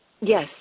Yes